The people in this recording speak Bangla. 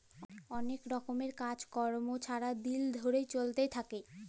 অলেক রকমের কাজ কম্ম ছারা দিল ধ্যইরে চইলতে থ্যাকে